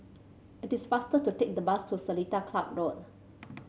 it is faster to take the bus to Seletar Club Road